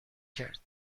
کرد